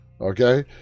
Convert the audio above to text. Okay